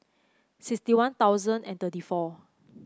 sixty One Thousand and thirty four